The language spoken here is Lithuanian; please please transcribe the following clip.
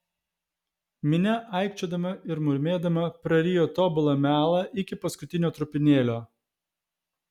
minia aikčiodama ir murmėdama prarijo tobulą melą iki paskutinio trupinėlio